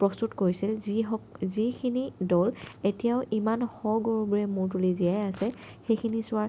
প্ৰস্তুত কৰিছিল যি হওক যিখিনি দ'ল এতিয়াও ইমান সগৌৰৱেৰে মূৰ তুলি জীয়াই আছে সেইখিনি চোৱাৰ